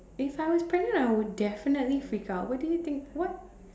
if I was pregnant I would definitely freak out what do you think what